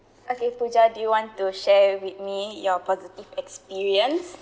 okay pooja do you want to share with me your positive experience